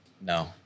no